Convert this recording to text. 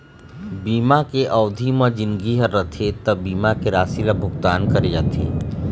बीमा के अबधि म जिनगी ह रथे त बीमा के राशि ल भुगतान करे जाथे